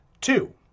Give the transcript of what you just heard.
Two